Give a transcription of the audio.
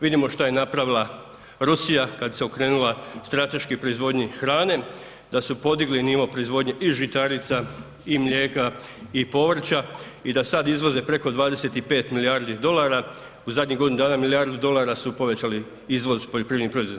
Vidimo šta je napravila Rusija kad se okrenula strateški proizvodnji hrane, da su podigli nivo proizvodnje i žitarica i mlijeka i povrća i da sad izvoze preko 25 milijardi dolara, u zadnjih godinu dana milijardu dolara su povećali izvoz poljoprivrednih proizvoda.